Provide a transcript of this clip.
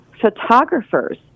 photographers